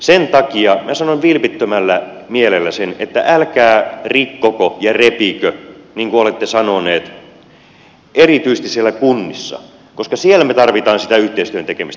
sen takia minä sanon vilpittömällä mielellä sen että älkää rikkoko ja repikö niin kuin olette sanoneet erityisesti siellä kunnissa koska siellä me tarvitsemme sitä yhteistyön tekemistä